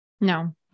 No